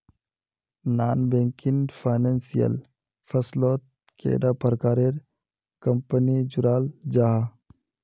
Non banking financial फसलोत कैडा प्रकारेर कंपनी जुराल जाहा?